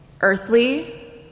earthly